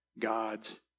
God's